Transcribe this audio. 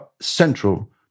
central